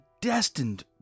destined